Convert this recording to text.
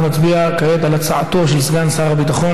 אנחנו נצביע כעת על הצעתו של סגן שר הביטחון